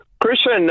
Christian